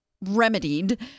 remedied